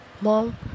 Mom